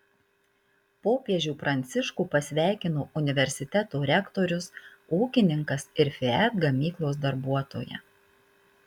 popiežių pranciškų pasveikino universiteto rektorius ūkininkas ir fiat gamyklos darbuotoja